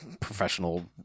professional